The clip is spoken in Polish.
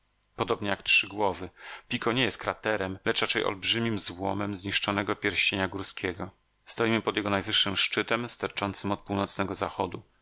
podobnie jak trzy głowy pico nie jest kraterem lecz raczej olbrzymim złomem zniszczonego pierścienia górskiego stoimy pod jego najwyższym szczytem sterczącym od północnego zachodu